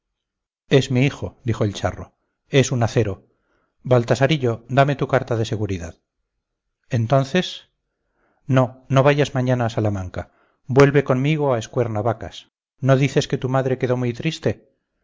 es mi hijo dijo el charro es un acero baltasarillo dame tu carta de seguridad entonces no no vayas mañana a salamanca vuelve conmigo a escuernavacas no dices que tu madre quedó muy triste